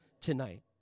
tonight